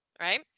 right